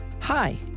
Hi